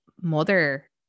mother